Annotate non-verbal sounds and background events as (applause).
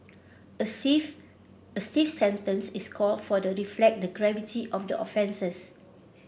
a (unintelligible) stiff sentence is called for to reflect the gravity of the offences